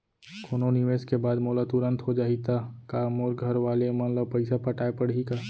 कोनो निवेश के बाद मोला तुरंत हो जाही ता का मोर घरवाले मन ला पइसा पटाय पड़ही का?